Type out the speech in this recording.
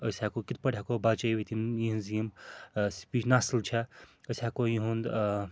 أسۍ ہیٚکو کِتھٕ پٲٹھۍ ہیٚکو بَچٲوِتھ یِم یِہٕنٛزٕ یِم سُپیٖچ نَسل چھِ أسۍ ہیٚکو یِہُنٛد